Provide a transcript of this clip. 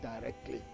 directly